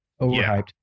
Overhyped